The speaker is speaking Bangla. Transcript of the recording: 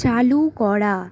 চালু করা